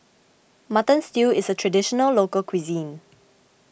Mutton Stew is a Traditional Local Cuisine